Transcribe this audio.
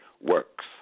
works